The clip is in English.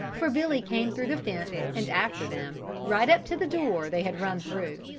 for billy came through the fence and after them, right up to the door they had run through.